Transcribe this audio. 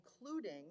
including